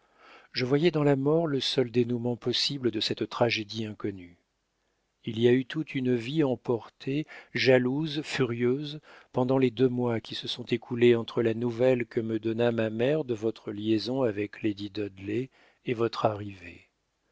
je voyais dans la mort le seul dénoûment possible de cette tragédie inconnue il y a eu toute une vie emportée jalouse furieuse pendant les deux mois qui se sont écoulés entre la nouvelle que me donna ma mère de votre liaison avec lady dudley et votre arrivée